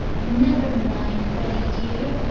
never mind, freddie dear,